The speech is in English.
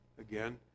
Again